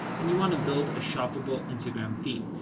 and you want to build a shoppable instagram feed.